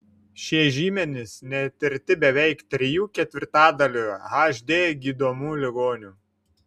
šie žymenys netirti beveik trijų ketvirtadalių hd gydomų ligonių